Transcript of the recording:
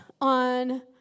on